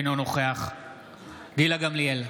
אינו נוכח גילה גמליאל,